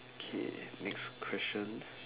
okay next question